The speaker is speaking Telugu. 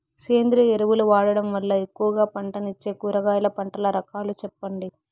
సేంద్రియ ఎరువులు వాడడం వల్ల ఎక్కువగా పంటనిచ్చే కూరగాయల పంటల రకాలు సెప్పండి?